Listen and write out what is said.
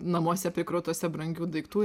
namuose prikrautuose brangių daiktų